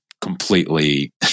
completely